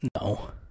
No